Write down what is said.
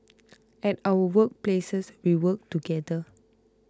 at our work places we work together